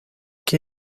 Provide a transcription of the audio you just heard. qué